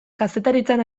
kazetaritzan